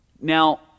Now